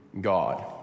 God